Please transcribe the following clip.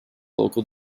local